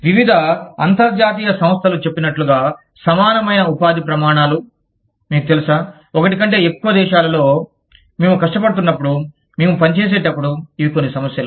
వివిధ అంతర్జాతీయ సంస్థలు చెప్పినట్లుగా సమానమైన ఉపాధి ప్రమాణాలు మీకు తెలుసా ఒకటి కంటే ఎక్కువ దేశాలలో మేము కష్టపడుతున్నప్పుడు మేము పనిచేసేటప్పుడు ఇవి కొన్ని సమస్యలు